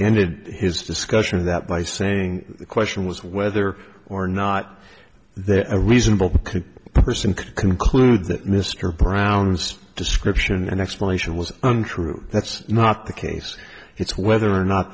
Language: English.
ended his discussion of that by saying the question was whether or not there is a reasonable person could conclude that mr brown's description explanation was untrue that's not the case it's whether or not